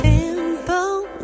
Simple